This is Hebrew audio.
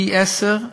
פי-עשרה